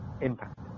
impact